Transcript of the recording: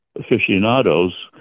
aficionados